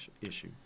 issue